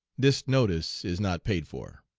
this notice is not paid for.